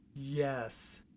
Yes